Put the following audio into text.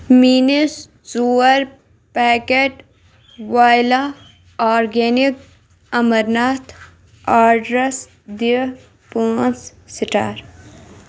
میٲنِس ژور پیکٮ۪ٹ وایلا آرگینِک امرناتھ آرڈرَس دِ پانٛژھ سٹار